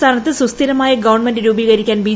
സംസ്ഥാനത്ത് സ്ട്രൂസ്ഥിരമായ ഗവൺമെന്റ് രൂപീകരിക്കാൻ ബി